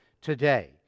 today